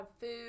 food